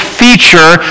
feature